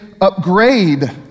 upgrade